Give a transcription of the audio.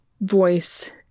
voice